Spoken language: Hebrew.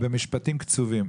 במשפטים קצובים.